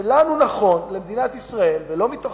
שלנו נכון, למדינת ישראל, ולא מתוך